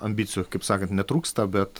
ambicijų kaip sakant netrūksta bet